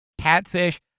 catfish